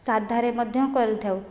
ସାଧାରେ ମଧ୍ୟ କରିଥାଉ